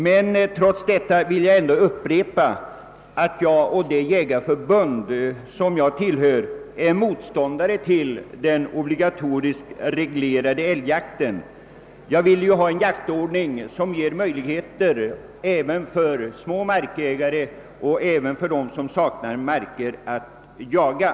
Trots detta vill jag ändå upprepa, att jag och det jägarförbund som jag tillhör är motståndare till den obligatoriskt reglerade älgjakten. Jag vill ha en jaktordning, som ger möjligheter även för små markägare och också för dem som saknar marker att jaga.